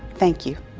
thank you.